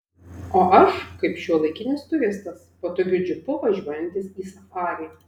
o aš kaip šiuolaikinis turistas patogiu džipu važiuojantis į safarį